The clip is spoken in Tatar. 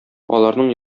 аларның